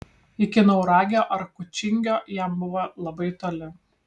iki nauragio ar kučingio jam buvo labai toli